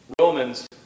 Romans